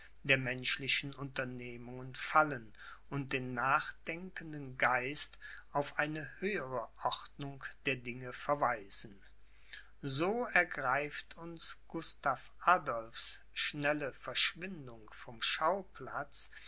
der menschlichen unternehmungen fallen und den nachdenkenden geist auf eine höhere ordnung der dinge verweisen so ergreift uns gustav adolphs schnelle verschwindung vom schauplatz